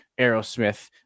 Aerosmith